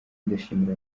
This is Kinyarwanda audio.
ndashimira